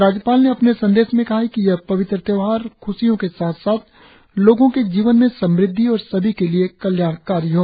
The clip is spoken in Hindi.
राज्यपाल ने अपने संदेश में कहा है कि यह पवित्र त्यौहार ख़ुशियों के साथ साथ लोगो के जीवन में समृद्धि और सभी के लिए कल्याणकारी हो